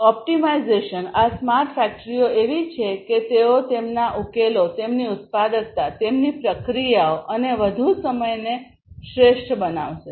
optimisation આ smart ફેક્ટરીઓ એવી છે કે તેઓ તેમના ઉકેલો તેમની ઉત્પાદકતા તેમની પ્રક્રિયાઓ અને વધુ સમયને શ્રેષ્ઠ બનાવશે